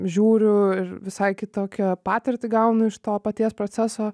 žiūriu ir visai kitokią patirtį gaunu iš to paties proceso